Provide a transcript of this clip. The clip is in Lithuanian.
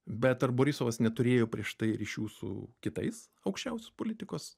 bet ar borisovas neturėjo prieš tai ryšių su kitais aukščiausios politikos